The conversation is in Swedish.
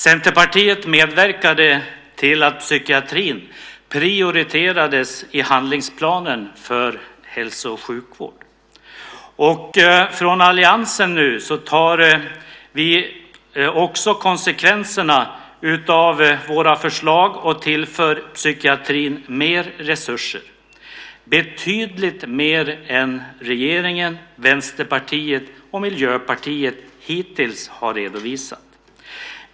Centerpartiet medverkade till att psykiatrin prioriterades i handlingsplanen för hälso och sjukvård. Från alliansen tar vi nu också konsekvenserna av våra förslag och tillför psykiatrin mer resurser - betydligt mer än regeringen, Vänsterpartiet och Miljöpartiet hittills har redovisat.